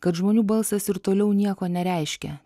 kad žmonių balsas ir toliau nieko nereiškia